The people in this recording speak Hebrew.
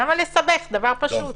למה לסבך דבר פשוט?